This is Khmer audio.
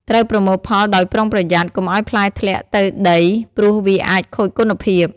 ត្រូវប្រមូលផលដោយប្រុងប្រយ័ត្ន កុំឲ្យផ្លែធ្លាក់ទៅដីព្រោះវាអាចខូចគុណភាព។